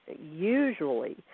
usually